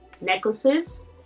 necklaces